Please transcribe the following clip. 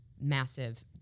massive